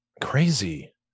Crazy